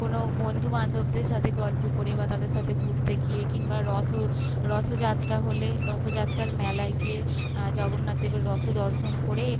কোনো বন্ধুবান্ধবদের সাথে গল্প করে বা তাদের সাথে ঘুরতে গিয়ে কিংবা রথও রথযাত্রা হলে রথযাত্রার মেলায় গিয়ে জগন্নাথ দেবের রথ দর্শন করে